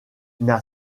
n’a